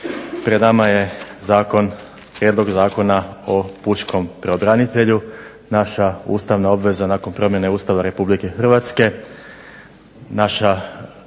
Pred nama je zakon, Prijedlog zakona o pučkom pravobranitelju, naša ustavna obveza nakon promjene Ustava Republike Hrvatske, naša